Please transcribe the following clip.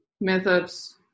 methods